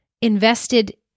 invested